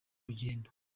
urugendo